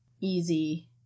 easy